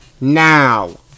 Now